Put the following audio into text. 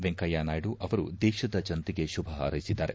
ವೆಂಕಯ್ಲನಾಯ್ಡ ಅವರು ದೇಶದ ಜನತೆಗೆ ಶುಭ ಹಾರ್ಸೆಸಿದ್ದಾರೆ